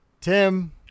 Tim